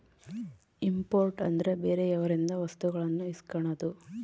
import ಅಂದ್ರೆ ಬೇರೆಯವರಿಂದ ವಸ್ತುಗಳನ್ನು ಇಸ್ಕನದು